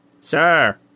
Sir